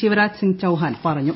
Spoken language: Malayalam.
ശിവരാജ് സിംഗ് ചൌഹാൻ പറഞ്ഞു